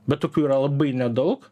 bet tokių yra labai nedaug